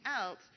else